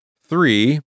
three